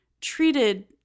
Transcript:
treated